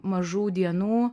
mažų dienų